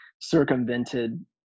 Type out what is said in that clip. circumvented